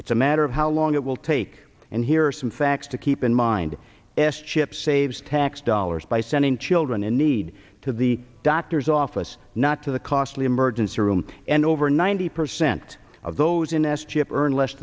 it's a matter of how long it will take and here are some facts to keep in mind s chip saves tax dollars by sending children in need to the doctor's office not to the costly emergency room and over ninety percent of those in s chip earn less